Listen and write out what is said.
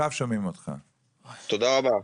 תודה רבה.